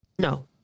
No